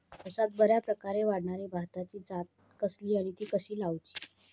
पावसात बऱ्याप्रकारे वाढणारी भाताची जात कसली आणि ती कशी लाऊची?